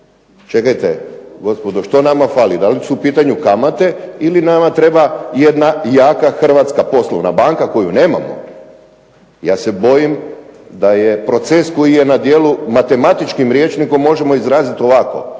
Čekajte, gospodo, što nama fali? Da li su u pitanju kamate ili nama treba jedna jaka hrvatska poslovna banka koju nemamo, ja se bojim da je proces koji je na djelu matematičkim rječnikom možemo izraziti ovako,